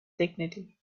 dignity